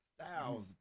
styles